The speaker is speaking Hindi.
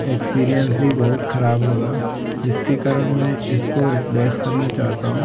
एक्सपीरियंस भी बहुत खराब लगा जिसके कारण में इसको रिप्लेस करना चाहता हूँ